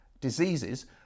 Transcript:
diseases